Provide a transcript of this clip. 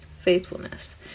faithfulness